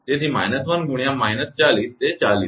તેથી −1 × −40 તે 40 થશે